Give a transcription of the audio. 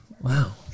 Wow